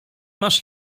masz